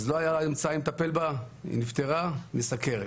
אז לא היו אמצעים לטפל בה והיא נפטרה מסוכרת.